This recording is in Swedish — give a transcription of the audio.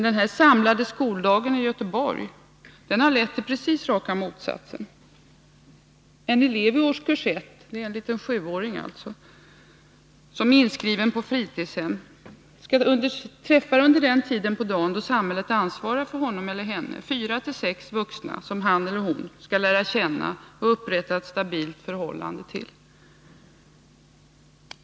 Den samlade skoldagen i Göteborg har lett till precis raka motsatsen. i En elev i årskurs 1 — det är alltså en liten sjuåring — som är inskriven på fritidshem träffar under den tid på dagen då samhället ansvarar för honom eller henne 4-6 vuxna som han eller hon skall lära känna och upprätta ett stabilt förhållande till.